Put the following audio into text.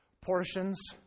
portions